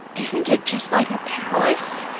isn't it just like a palace?